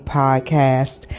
podcast